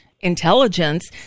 intelligence